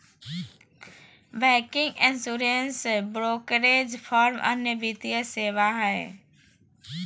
banking, insurance, brokerage firm अन्य वित्तीय सेवा हय